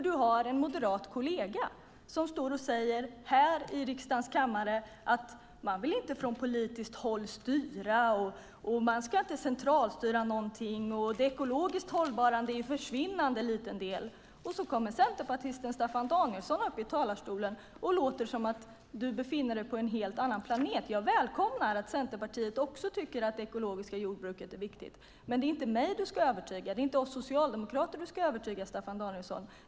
Du har en moderat kollega som här i riksdagens kammare står och säger att man inte vill styra från politiskt håll, att man inte ska centralstyra någonting och att det ekologiskt hållbara är en försvinnande liten del. Och så kommer centerpartisten Staffan Danielsson upp i talarstolen och låter som att du befinner dig på en helt annan planet! Jag välkomnar att också Centerpartiet tycker att det ekologiska jordbruket är viktigt. Men det är inte mig du ska övertyga. Det är inte oss socialdemokrater du ska övertyga, Staffan Danielsson.